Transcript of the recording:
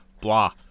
Blah